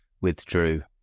withdrew